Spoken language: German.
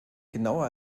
genauer